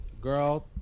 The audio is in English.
Girl